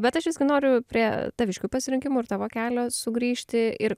bet aš visgi noriu prie taviškių pasirinkimų ir tavo kelio sugrįžti ir